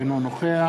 אינו נוכח